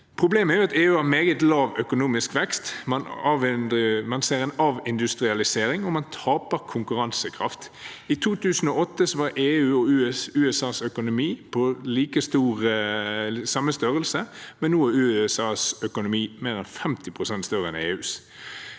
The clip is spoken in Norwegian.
Problemet er at EU har meget lav økonomisk vekst. Man ser en avindustrialisering, og man taper konkurransekraft. I 2008 var EUs og USAs økonomi på samme størrelse, men nå er USAs økonomi mer enn 50 pst. større enn EUs.